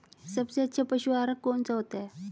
सबसे अच्छा पशु आहार कौन सा होता है?